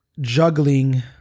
juggling